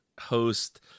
host